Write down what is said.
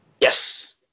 Yes